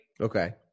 okay